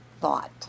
thought